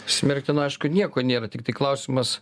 smerktino aišku nieko nėra tiktai klausimas